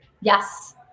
Yes